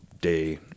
day